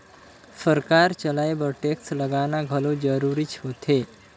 सरकार चलाए बर टेक्स लगाना घलो जरूरीच होथे